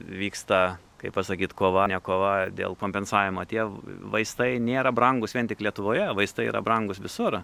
vyksta kaip pasakyt kova ne kova dėl kompensavimo tie vaistai nėra brangūs vien tik lietuvoje vaistai yra brangūs visur